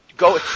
Go